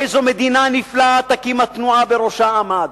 איזו מדינה נפלאה תקים התנועה שבראשה עמד.